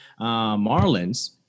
Marlins